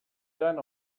then